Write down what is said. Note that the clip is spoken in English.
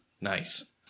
Nice